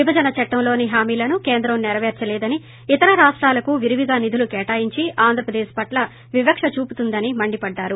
విభజన చట్టంలోని హామీలను కేంద్రం సెరపేర్చలేదని ఇతర రాష్టాలకు విరివిరిగా నిధులు కేటాయించి ఆంధ్ర ప్రదేశ్ పట్ల వివక్ష చూపుతుందని మండిపడ్డారు